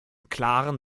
klaren